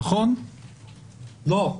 לא.